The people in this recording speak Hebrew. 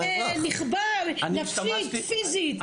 בן אדם נחבל נפשית, פיזית.